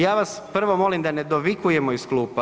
Ja vas, prvo molim da ne dovikujemo iz klupa.